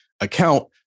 Account